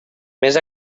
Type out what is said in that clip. més